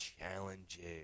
challenges